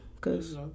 Cause